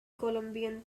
columbian